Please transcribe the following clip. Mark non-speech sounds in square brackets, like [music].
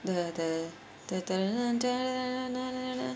the the the de~ [noise]